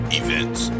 events